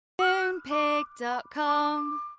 Moonpig.com